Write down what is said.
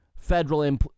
federal